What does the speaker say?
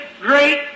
great